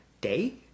day